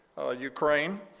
Ukraine